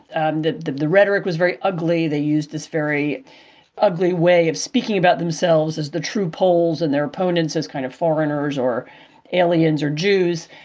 um the the rhetoric was very ugly. they used this very ugly way of speaking about themselves as the true poles and their opponents, as kind of foreigners or aliens or jews.